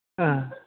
ओ